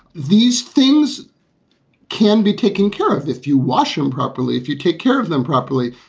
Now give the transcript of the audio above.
these things can be taken care of if you wash them properly, if you take care of them properly.